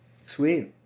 Sweet